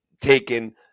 taken